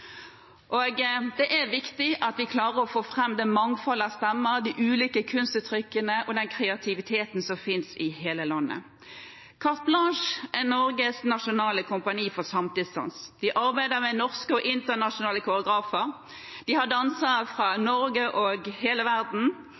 Det er viktig at vi klarer å få fram det mangfoldet av stemmer og ulike kunstuttrykk og den kreativiteten som finnes i hele landet. Carte Blanche er Norges nasjonale kompani for samtidsdans. De arbeider med norske og internasjonale koreografer, og de har dansere fra Norge og resten av verden.